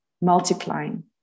multiplying